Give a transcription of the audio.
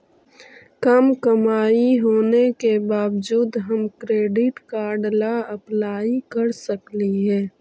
कम कमाई होने के बाबजूद हम क्रेडिट कार्ड ला अप्लाई कर सकली हे?